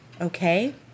Okay